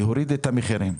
להוריד את המחירים.